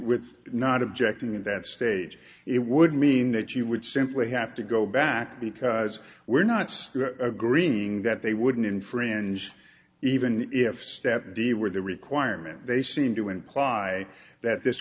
with not objecting at that stage it would mean that you would simply have to go back because we're not screw greening that they wouldn't infringed even if step d were the requirement they seem to imply that this